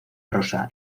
rosa